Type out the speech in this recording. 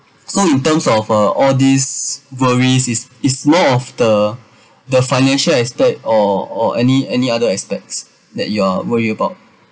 so in terms of uh all these worries it's it's more of the the financial aspect or or any any other aspects that you're worried about